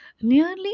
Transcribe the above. Nearly